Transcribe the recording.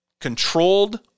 controlled